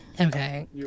Okay